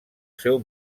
seu